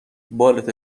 بالت